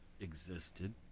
existed